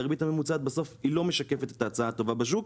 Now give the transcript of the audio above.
כי הריבית הממוצעת בסוף היא לא משקפת את ההצעה הטובה בשוק.